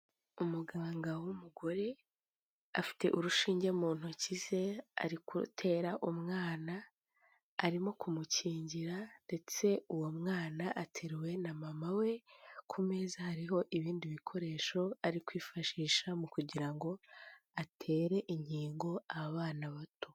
Umuganga w'umugore afite urushinge mu ntoki ze, ari kurutera umwana, arimo kumukingira ndetse uwo mwana ateruwe na mama we, ku meza hariho ibindi bikoresho ari kwifashisha mu kugira ngo atere inkingo abana bato.